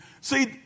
See